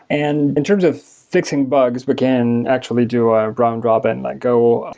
and in terms of fixing bugs, we can actually do a round robin, like, oh,